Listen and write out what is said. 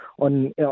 on